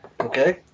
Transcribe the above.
Okay